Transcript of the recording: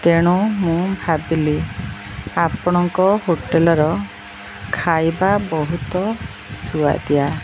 ତେଣୁ ମୁଁ ଭାବିଲି ଆପଣଙ୍କ ହୋଟେଲ୍ର ଖାଇବା ବହୁତ ସୁଆଦିଆ